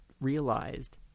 realized